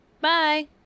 Bye